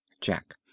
jack